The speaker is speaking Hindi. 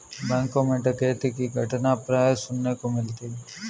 बैंकों मैं डकैती की घटना प्राय सुनने को मिलती है